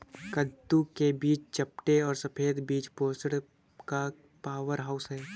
कद्दू के बीज चपटे और सफेद बीज पोषण का पावरहाउस हैं